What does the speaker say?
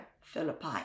Philippi